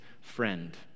friend